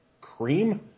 cream